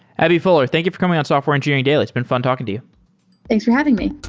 abby fuller, thank you for coming on software engineering daily. it's been fun talking to you thanks for having me.